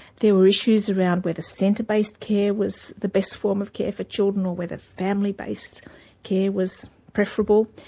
there were issues around whether centre-based care was the best form of care for children, or whether family-based care was preferable,